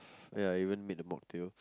ya I even made the mocktail